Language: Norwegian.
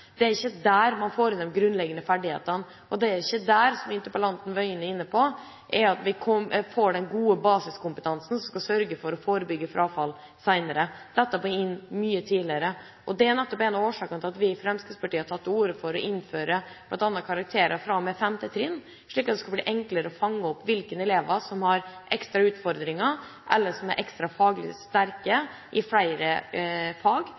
Det er ikke der man får de grunnleggende ferdighetene, det er ikke der – som interpellanten, Tingelstad Wøien, var inne på – man får den gode basiskompetansen, som skal forebygge frafall senere. Dette må inn mye tidligere. Det er en av årsakene til at vi i Fremskrittspartiet har tatt til orde for bl.a. å innføre karakterer fra og med 5. trinn, slik at det skal bli enklere å fange opp hvilke elever som har ekstra utfordringer, eller hvilke elever som er ekstra faglig sterke i flere fag,